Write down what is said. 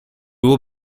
will